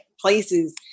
places